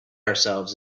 ourselves